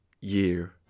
year